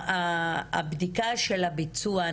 הבדיקה של הביצוע,